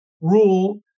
rule